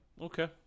Okay